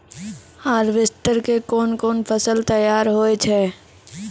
Harvester के कोन कोन फसल तैयार होय छै?